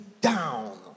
down